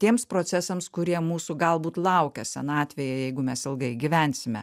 tiems procesams kurie mūsų galbūt laukia senatvėje jeigu mes ilgai gyvensime